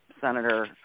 Senator